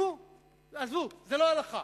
נו, עזבו, זו לא הלכה.